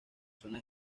zonas